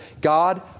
God